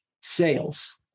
sales